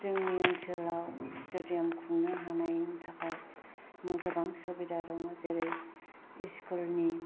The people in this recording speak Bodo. जोंनि आनसोलाव स्टेडियाम खुंनो हानायनि थाखाय गोबां सुबुदा दङ जेरै स्कुलनि